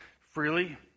freely